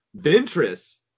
Ventress